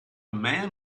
man